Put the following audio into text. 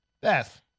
Beth